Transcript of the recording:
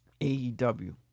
AEW